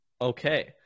Okay